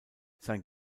sein